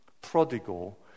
Prodigal